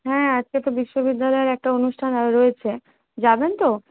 হ্যাঁ আজকে তো বিশ্ববিদ্যালয়ের একটা অনুষ্ঠান রয়েছে যাবেন তো